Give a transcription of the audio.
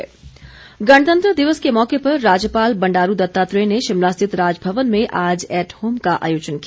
eight home गणतंत्र दिवस के मौके पर राज्यपाल बंडारू दत्तात्रेय ने शिमला स्थित राजभवन में आज ऐट होम का आयोजन किया